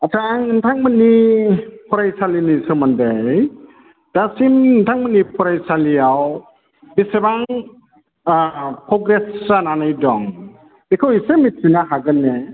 आदसा आं नोंथांमोननि फरायसालिनि सोमोन्दै दासिम नोंथांमोननि फरायसालियाव बेसेबां पग्रेस जानानै दं बेखौ एसे मिन्थिनो हागोन ना